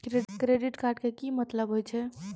Credit card के मतलब होय छै?